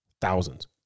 thousands